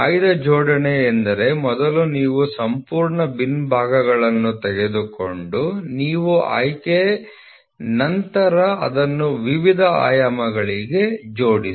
ಆಯ್ದ ಜೋಡಣೆ ಎಂದರೆ ಮೊದಲು ನೀವು ಸಂಪೂರ್ಣ ಬಿನ್ ಭಾಗಗಳನ್ನು ತೆಗೆದುಕೊಂಡು ನೀವು ಆಯ್ಕೆ ನಂತರ ಅದನ್ನು ವಿವಿಧ ಆಯಾಮಗಳಿಗೆ ವಿಂಗಡಿಸಿ